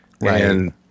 Right